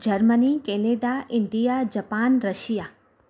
Germany Canada India Japan Russia